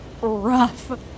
rough